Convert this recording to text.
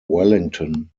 wellington